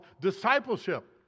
discipleship